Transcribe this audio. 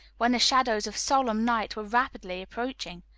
when the shadows of solemn night were rapidly approaching.